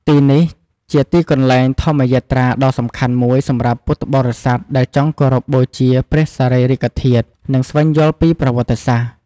ទីនេះជាទីកន្លែងធម្មយាត្រាដ៏សំខាន់មួយសម្រាប់ពុទ្ធបរិស័ទដែលចង់គោរពបូជាព្រះសារីរិកធាតុ និងស្វែងយល់ពីប្រវត្តិសាស្ត្រ។